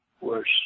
worse